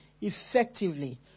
effectively